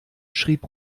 schrieb